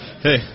Hey